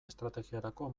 estrategiarako